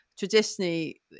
traditionally